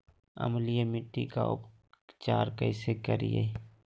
अम्लीय मिट्टी के उपचार कैसे करियाय?